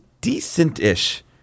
decent-ish